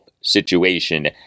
situation